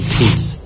peace